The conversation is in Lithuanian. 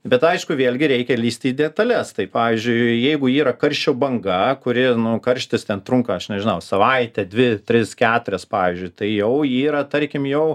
bet aišku vėlgi reikia lįsti į detales tai pavyzdžiui jeigu yra karščio banga kuri nu karštis ten trunka aš nežinau savaitę dvi tris keturias pavyzdžiui tai jau yra tarkim jau